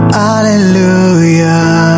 hallelujah